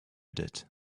did